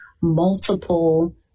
multiple